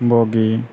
bogie